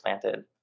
planted